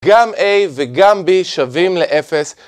גם A וגם B שווים לאפס.